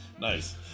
Nice